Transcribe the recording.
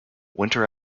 winter